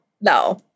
no